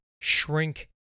shrink